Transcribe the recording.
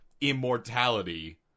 immortality